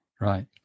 right